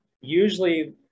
usually